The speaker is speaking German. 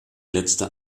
letzte